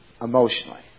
emotionally